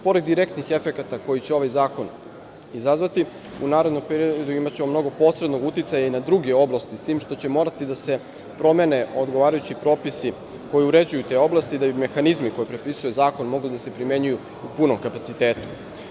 Pored direktnih efekata koji će ovaj zakon izazvati, u narednom peridou imaćemo mnogo posrednog uticaja i na druge oblasti, s tim što će morati da se promene odgovarajući propisi koji uređuju te oblasti, da bi mehanizmi koje prepisuje zakon mogli da se primenjuju u punom kapacitetu.